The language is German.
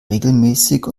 regelmäßig